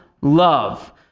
love